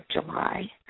July